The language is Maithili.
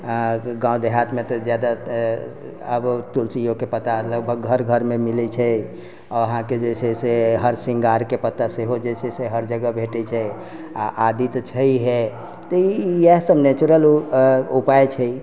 गाँव देहात मे तऽ जादा तऽ आब तुलसियो के पत्ता लगभग घर घर मे मिलै छै आ अहाँके जे छै से हर सिंघार के पत्ता ओहो जे छै से हर जगह भेटै छै आ आदी तऽ छैहे तऽ इएह सब नेचुरल ऊपाय छै